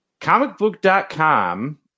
comicbook.com